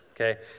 Okay